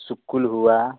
सुक्कुल हुआ